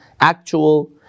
actual